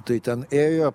tai ten ėjo